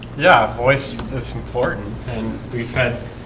yeah voice that's important and we fed